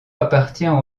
appartient